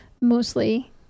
mostly